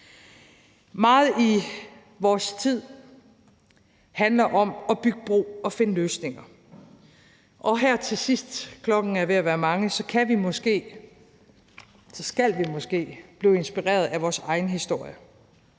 Meget i vores tid handler om at bygge bro og finde løsninger, og her til sidst, klokken er ved at være mange, skal vi måske blive inspireret af vores egen historie.